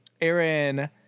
Aaron